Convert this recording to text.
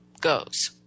goes